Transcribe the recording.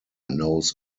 knows